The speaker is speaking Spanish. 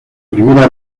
primera